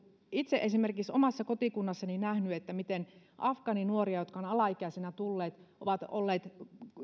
itse esimerkiksi omassa kotikunnassani nähnyt miten monista afgaaninuorista jotka ovat alaikäisenä tulleet ovat olleet